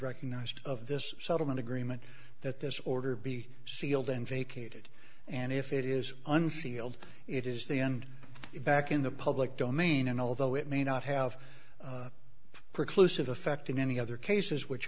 recognized of this settlement agreement that this order be sealed envy kate and if it is unsealed it is the end is back in the public domain and although it may not have precluded affecting any other cases which